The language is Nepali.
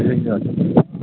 ए हजुर